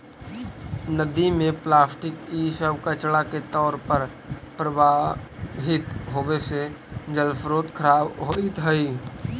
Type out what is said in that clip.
नदि में प्लास्टिक इ सब कचड़ा के तौर पर प्रवाहित होवे से जलस्रोत खराब होइत हई